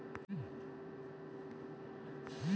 ಸಾವಿರದ ಒಂಬೈನೂರ ನಲವತ್ತರಲ್ಲಿ ಮೊದಲ ಡಿಮಾನಿಟೈಸೇಷನ್ ಭಾರತದಲಾಯಿತು